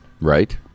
Right